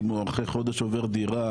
אם הוא אחרי חודש עובר דירה,